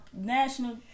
national